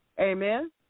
Amen